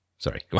Sorry